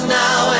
now